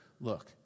look